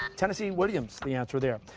tennessee williams the answer there.